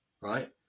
Right